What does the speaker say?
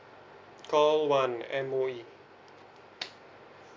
call one M_O_E